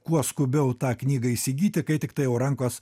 kuo skubiau tą knygą įsigyti kai tiktai jau rankos